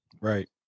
Right